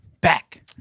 Back